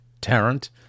Tarrant